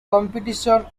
competition